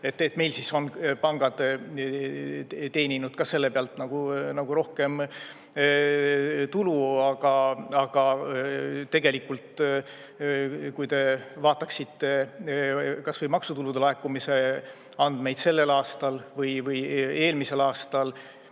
et meil siis on pangad teeninud selle pealt nagu rohkem tulu. Aga tegelikult, kui te vaataksite kas või maksutulude laekumise andmeid sellel aastal või eelmisel aastal